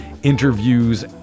interviews